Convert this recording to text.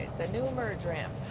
the new merge ramp.